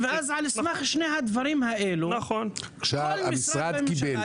ואז על סמך שני הדברים האלה כל משרד בממשלה יכול --- המשרד קיבל,